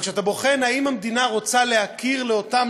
אבל כשאתה בוחן אם המדינה רוצה להכיר לאותם